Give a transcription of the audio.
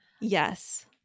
yes